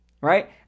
right